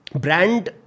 brand